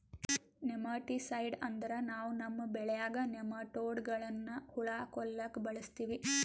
nematicide ಅಂದ್ರ ನಾವ್ ನಮ್ಮ್ ಬೆಳ್ಯಾಗ್ ನೆಮಟೋಡ್ಗಳ್ನ್ ಹುಳಾ ಕೊಲ್ಲಾಕ್ ಬಳಸ್ತೀವಿ